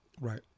Right